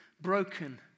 broken